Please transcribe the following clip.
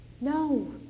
No